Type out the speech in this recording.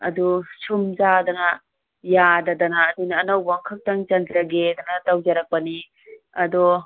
ꯑꯗꯣ ꯁꯨꯝ ꯆꯥꯗꯅ ꯌꯥꯗꯗꯅ ꯑꯗꯨꯅ ꯑꯅꯧꯕ ꯑꯃꯈꯛꯇꯪ ꯆꯟꯖꯒꯦꯗꯅ ꯇꯧꯖꯔꯛꯄꯅꯦ ꯑꯗꯣ